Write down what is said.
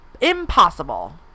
impossible